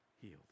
healed